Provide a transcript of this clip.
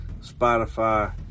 Spotify